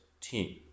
team